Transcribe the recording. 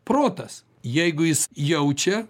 protas jeigu jis jaučia